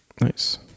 Nice